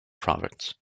province